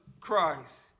Christ